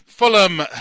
Fulham